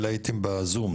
נדמה לי בפעם שעברה בזום,